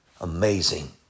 amazing